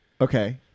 Okay